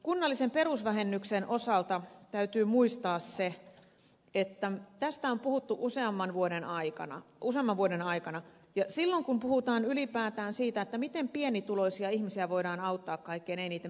kunnallisen perusvähennyksen osalta täytyy muistaa se että tästä on puhuttu useamman vuoden aikana ja silloin kun puhutaan ylipäätään siitä miten pienituloisia ihmisiä voidaan auttaa kaikkein eniten